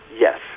Yes